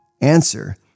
Answer